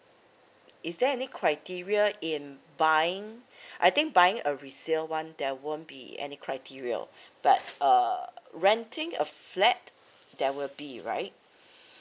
is there any criteria in buying I think buying a resale one there won't be any criteria but uh renting a flat there will be right